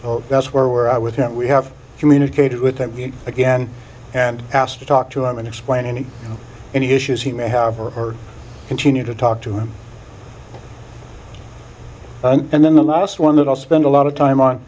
oh that's where we're at with him we have communicated with him again and asked to talk to him and explain any any issues he may have or continue to talk to him and then the last one that i'll spend a lot of time on